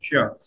Sure